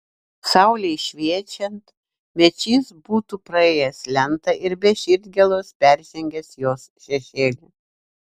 saulei šviečiant mečys būtų praėjęs lentą ir be širdgėlos peržengęs jos šešėlį